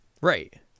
Right